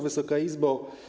Wysoka Izbo!